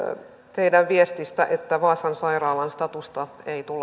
teidän viestistänne että vaasan sairaalan statusta ei tulla